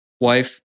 wife